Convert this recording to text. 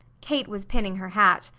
kate was pinning her hat.